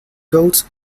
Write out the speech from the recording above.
ghosts